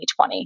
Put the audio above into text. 2020